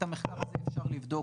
את המקר הזה אפשר לבדוק.